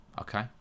okay